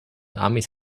armies